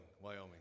Wyoming